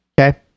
Okay